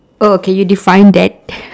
oh okay you define that